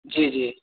जी जी